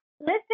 Listen